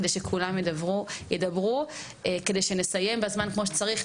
כדי שכולם ידברו ושנוכל לסיים בזמן כמו שצריך,